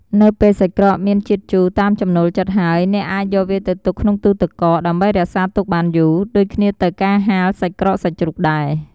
នៅពេលសាច់ក្រកមានជាតិជូរតាមចំណូលចិត្តហើយ អ្នកអាចយកវាទៅទុកក្នុងទូរទឹកកក ដើម្បីរក្សាទុកបានយូរ ដូចគ្នាទៅការហាលសាច់ក្រកសាច់ជ្រូកដែរ។